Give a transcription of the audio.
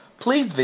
Please